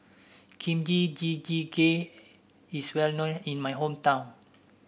Kimchi Jjigae is well known in my hometown